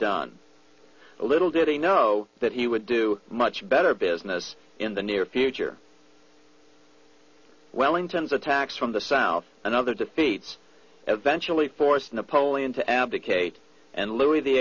done little did he know that he would do much better business in the near future wellington's attacks from the south and other defeats eventually forced napoleon to abdicate and louis the